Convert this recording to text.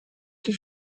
die